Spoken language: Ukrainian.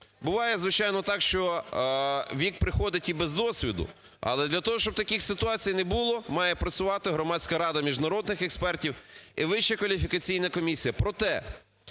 Буває, звичайно, так, що вік приходить і без досвіду, але для того, щоб таких ситуацій не було, має працювати Громадська рада міжнародних експертів і Вища